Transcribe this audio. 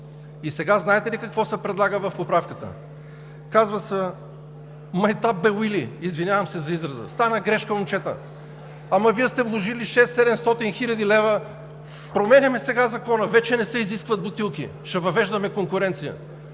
И сега, знаете ли какво се предлага в поправката? Казва се: майтап бе, Уили – извинявам се за израза – стана грешка, момчета. Ама Вие сте вложили 600 – 700 хил. лв., променяме сега Закона, вече не се изискват бутилки, ще въвеждаме конкуренция.